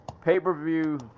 Pay-per-view